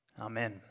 Amen